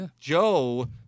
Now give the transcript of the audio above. Joe